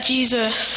Jesus